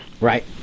Right